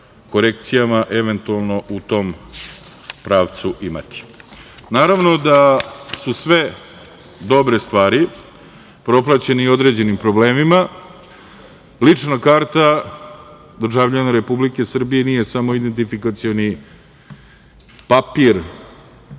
korekcijama eventualno u tom pravcu imati. Naravno da su sve dobre stvari propraćene i određenim problemima. Lična karta državljana Republike Srbije nije samo identifikacioni papir